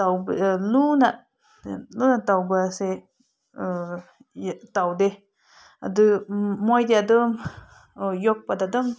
ꯇꯧꯕ ꯂꯨꯅ ꯂꯨꯅ ꯇꯧꯕ ꯑꯁꯦ ꯇꯧꯗꯦ ꯑꯗꯨ ꯃꯣꯏꯗꯤ ꯑꯗꯨꯝ ꯑꯣ ꯌꯣꯛꯄꯗ ꯑꯗꯨꯝ